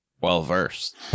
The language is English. well-versed